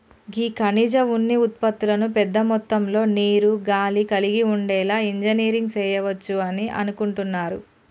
గీ ఖనిజ ఉన్ని ఉత్పతులను పెద్ద మొత్తంలో నీరు, గాలి కలిగి ఉండేలా ఇంజనీరింగ్ సెయవచ్చు అని అనుకుంటున్నారు